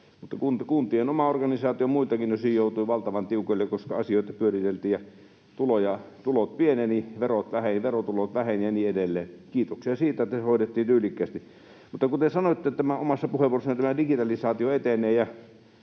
kuntien oma organisaatio muiltakin osin joutui valtavan tiukoille, koska asioita pyöriteltiin ja tulot pienenivät, verotulot vähenivät ja niin edelleen. Kiitoksia siitä, että se hoidettiin tyylikkäästi. Mutta kuten sanoitte omassa puheenvuorossanne, tämä digitalisaatio etenee,